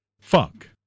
fuck